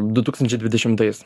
du tūkstančiai dvidešimtais